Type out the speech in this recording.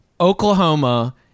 Oklahoma